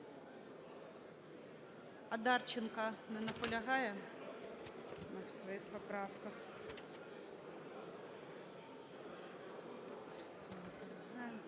Одарченко. Не наполягає на своїх поправках.